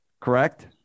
correct